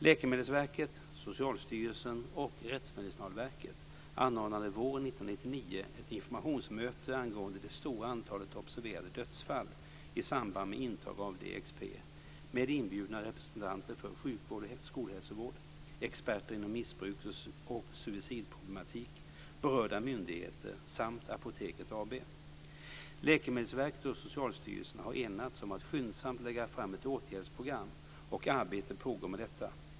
Läkemedelsverket, Socialstyrelsen och Rättsmedicinalverket anordnade våren 1999 ett informationsmöte angående det stora antalet observerade dödsfall i samband med intag av DXP med inbjudna representanter för sjukvård och skolhälsovård, experter inom missbruks och suicidproblematik, berörda myndigheter samt Apoteket AB. Läkemedelsverket och Socialstyrelsen har enats om att skyndsamt lägga fram ett åtgärdsprogram, och arbete pågår med detta.